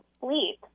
sleep